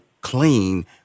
clean